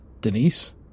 Denise